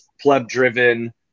Pleb-driven